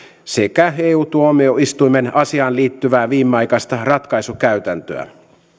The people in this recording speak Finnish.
sekä eu tuomioistuimen asiaan liittyvää viimeaikaista ratkaisukäytäntöä